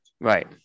Right